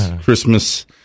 Christmas